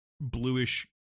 bluish